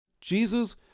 Jesus